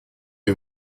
est